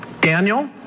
Daniel